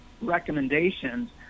recommendations